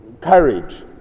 courage